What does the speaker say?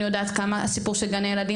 אני יודעת את הסיפור של גני הילדים,